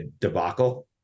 debacle